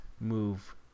move